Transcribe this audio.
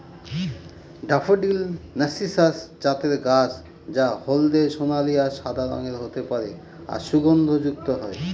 daffodil narcissus জাতের গাছ যা হলদে সোনালী আর সাদা রঙের হতে পারে আর সুগন্ধযুক্ত হয়